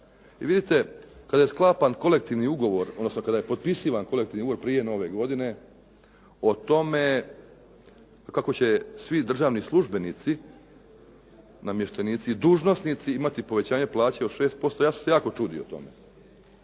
I vidite, kada je sklapan kolektivni ugovor, odnosno kada je potpisivan kolektivni ugovor prije nove godine, o tome kako će svi državni službenici, namještenici, dužnosnici imati povećanje plaće od 6% ja sam se jako čudio tome.